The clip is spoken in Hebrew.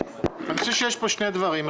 אני חושב שיש פה שני דברים.